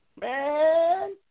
man